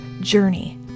journey